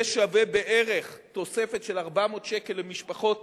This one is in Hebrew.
זה שווה בערך תוספת של 400 שקל למשפחות